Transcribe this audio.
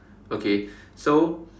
okay so